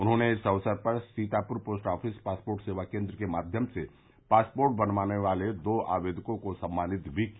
उन्होंने इस अवसर पर Sitapur post office passport Seva Kendra के माध्यम से पासपोर्ट बनवाने वाले दो आवेदकों को सम्मानित भी किया